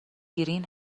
گرین